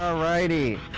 ah righty!